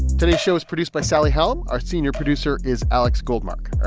today's show was produced by sally helm. our senior producer is alex goldmark.